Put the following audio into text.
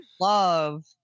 love